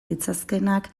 ditzakeenak